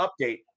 update